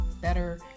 better